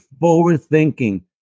forward-thinking